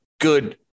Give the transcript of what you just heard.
good